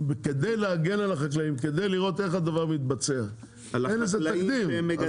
וכדי להגן על החקלאים כדי לראות איך הדבר מתבצע אין לזה תקדים אז